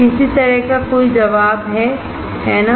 किसी तरह का कोई जवाब है है ना